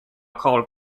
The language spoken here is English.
called